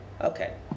Okay